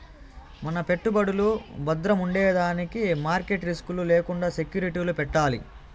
మన పెట్టుబడులు బద్రముండేదానికి మార్కెట్ రిస్క్ లు లేకండా సెక్యూరిటీలు పెట్టాలి